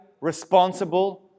responsible